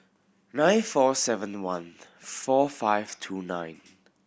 nine four seven one four five two nine